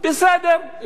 בסדר,